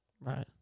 Right